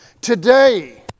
today